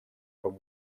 con